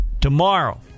tomorrow